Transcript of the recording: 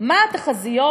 מה התחזיות,